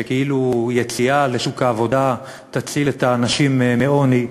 שכאילו יציאה לשוק העבודה תציל את האנשים מעוני,